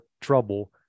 trouble